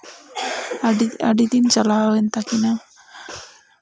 ᱟᱹᱰᱤ ᱫᱤᱱ ᱪᱟᱞᱟᱣ ᱮᱱ ᱛᱟᱹᱠᱤᱱᱟ